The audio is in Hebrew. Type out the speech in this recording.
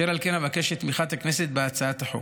אשר על כן אבקש את תמיכת הכנסת בהצעת החוק.